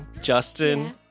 Justin